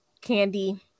candy